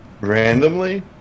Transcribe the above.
randomly